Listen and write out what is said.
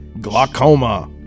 glaucoma